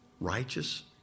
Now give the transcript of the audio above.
Righteous